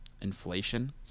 Inflation